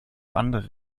andere